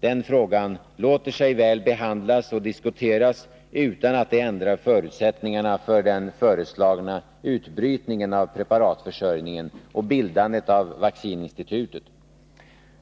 Den frågan låter sig väl behandlas och diskuteras utan att det ändrar förutsättningarna för den föreslagna utbrytningen av preparatförsörjningen och bildandet av vaccininstitutet.